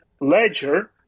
ledger